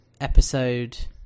episode